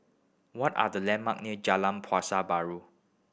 what are the landmark near Jalan Pasar Baru